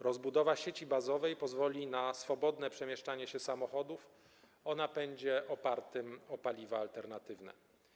Rozbudowa sieci bazowej pozwoli na swobodne przemieszczanie się samochodów o napędzie opartym na paliwach alternatywnych.